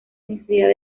necesidad